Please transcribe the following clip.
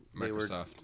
Microsoft